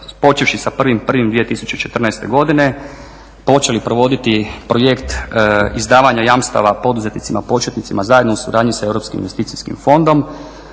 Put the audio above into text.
počevši sa 1.1.2014. godine počeli provoditi projekt izdavanja jamstava poduzetnicima početnicima zajedno u suradnji sa Europskim investicijskim fondom.